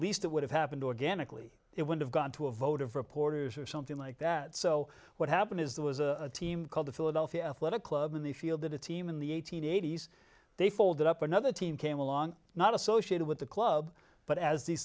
least it would have happened organically it would have gone to a vote of reporters or something like that so what happened is there was a team called the philadelphia athletic club and they fielded a team in the eight hundred eighty s they folded up another team came along not associated with the club but as these